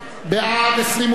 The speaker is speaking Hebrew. בעד, 28,